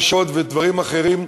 שוד ודברים אחרים,